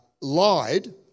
lied